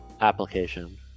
application